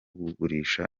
kugurisha